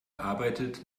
arbeitet